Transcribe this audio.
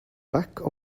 back